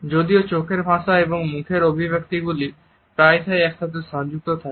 যদিও চোখের ভাষা এবং মুখের অভিব্যক্তিগুলি প্রায়শই একসাথে সংযুক্ত থাকে